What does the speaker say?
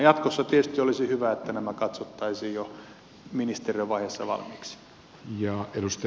jatkossa tietysti olisi hyvä että nämä katsottaisiin jo ministeriövaiheessa valmiiksi